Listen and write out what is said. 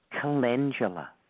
calendula